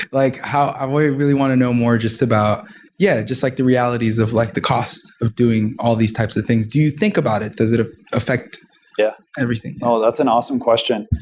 like um i really want to know more just about yeah, just like the realities of like the costs of doing all these types of things. do you think about it? does it ah affect yeah everything? oh! that's an awesome question.